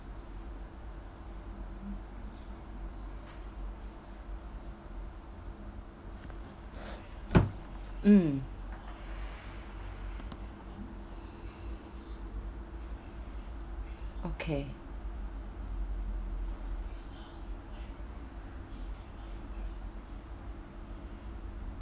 mm okay